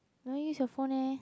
don't use your phone eh